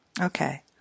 Okay